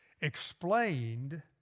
explained